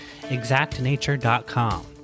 exactnature.com